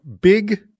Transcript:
Big